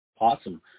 Awesome